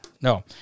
no